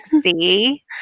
see